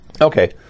Okay